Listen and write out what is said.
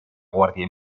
guàrdia